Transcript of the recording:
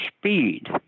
speed